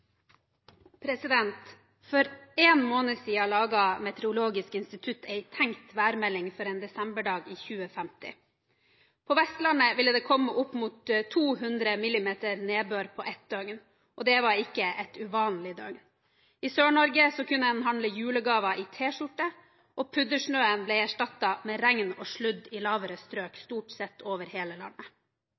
omme. For en måned siden laget Meteorologisk Institutt en tenkt værmelding for en desemberdag i 2050. På Vestlandet ville det komme opp mot 200 mm nedbør på ett døgn, og det var ikke et uvanlig døgn. I Sør-Norge kunne en handle julegaver i T-skjorte, og puddersnøen ble erstattet med regn og sludd i lavere strøk stort sett over hele landet.